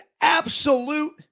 absolute